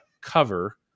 cover